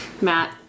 Matt